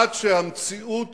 עד שהמציאות